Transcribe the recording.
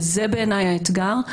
וזה בעיניי האתגר.